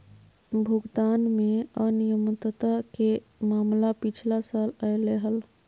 भुगतान में अनियमितता के मामला पिछला साल अयले हल